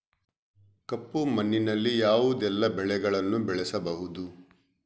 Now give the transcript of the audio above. ಕಪ್ಪು ಮಣ್ಣಿನಲ್ಲಿ ಯಾವುದೆಲ್ಲ ಬೆಳೆಗಳನ್ನು ಬೆಳೆಸಬಹುದು?